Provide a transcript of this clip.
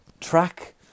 track